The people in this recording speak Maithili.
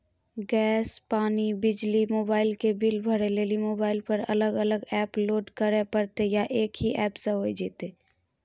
गैस, पानी, बिजली, मोबाइल के बिल भरे लेली मोबाइल पर अलग अलग एप्प लोड करे परतै या एक ही एप्प से होय जेतै?